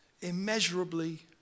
immeasurably